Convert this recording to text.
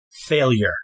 failure